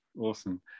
awesome